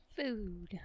Food